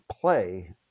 play